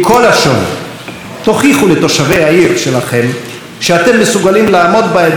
תוכיחו לתושבי העיר שלכם שאתם מסוגלים לעמוד באתגר הזה כבר מעכשיו,